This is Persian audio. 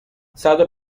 صدو